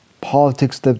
politics